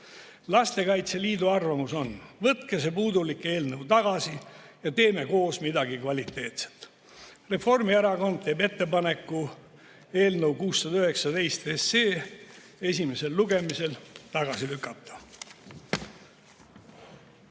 Lastekaitse Liidu arvamus on: võtke see puudulik eelnõu tagasi ja teeme koos midagi kvaliteetset. Reformierakond teeb ettepaneku eelnõu 619 esimesel lugemisel tagasi lükata.